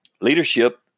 Leadership